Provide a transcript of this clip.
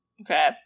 Okay